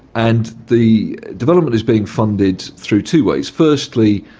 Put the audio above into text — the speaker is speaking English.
and the development is being funded through two ways. firstly,